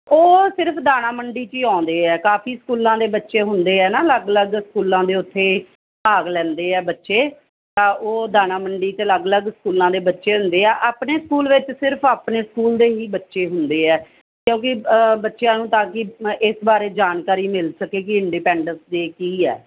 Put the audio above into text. ਉਹ ਸਿਰਫ਼ ਦਾਣਾ ਮੰਡੀ 'ਚ ਹੀ ਆਉਂਦੇ ਆ ਕਾਫ਼ੀ ਸਕੂਲਾਂ ਦੇ ਬੱਚੇ ਹੁੰਦੇ ਆ ਨਾ ਅਲੱਗ ਅਲੱਗ ਸਕੂਲਾਂ ਦੇ ਉੱਥੇ ਭਾਗ ਲੈਂਦੇ ਆ ਬੱਚੇ ਤਾਂ ਉਹ ਦਾਣਾ ਮੰਡੀ ਤੇ ਅਲੱਗ ਅਲੱਗ ਸਕੂਲਾਂ ਦੇ ਬੱਚੇ ਹੁੰਦੇ ਆ ਆਪਣੇ ਸਕੂਲ ਵਿੱਚ ਸਿਰਫ਼ ਆਪਣੇ ਸਕੂਲ ਦੇ ਹੀ ਬੱਚੇ ਹੁੰਦੇ ਆ ਕਿਉਂਕਿ ਬੱਚਿਆਂ ਨੂੰ ਤਾਂ ਕਿ ਇਸ ਬਾਰੇ ਜਾਣਕਾਰੀ ਮਿਲ ਸਕੇਗੀ ਇੰਡੀਪੈਂਡਸ ਡੇ ਕੀ ਹੈ